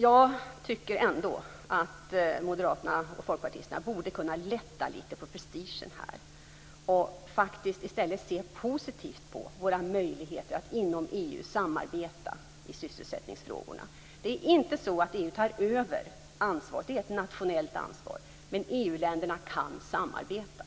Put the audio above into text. Jag tycker ändå att moderaterna och folkpartisterna borde kunna lätta litet på prestigen här och i stället faktiskt se positivt på våra möjligheter att inom EU samarbeta i sysselsättingsfrågorna. Det är inte så att EU tar över ansvaret. Det är ett nationellt ansvar. Men EU länderna kan samarbeta.